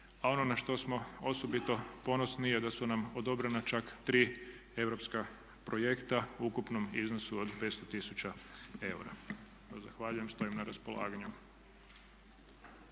a ono na što smo osobito ponosni je da su nam odobrena čak 3 europska projekta u ukupnom iznosu od 500 tisuća eura. Zahvaljujem i stojim na raspolaganju.